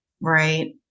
Right